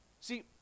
See